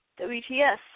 WTS